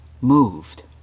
moved